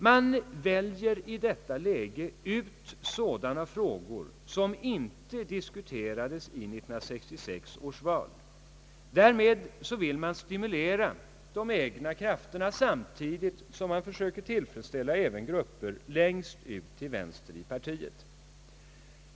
Man väljer i detta läge ut sådana frågor som inte diskuterades i 1966 års valrörelse. Därmed vill man stimulera de egna krafterna, samtidigt som man försöker tillfredsställa även grupper längst ut till vänster i partiet.